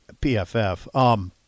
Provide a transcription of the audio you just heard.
PFF